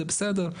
זה בסדר.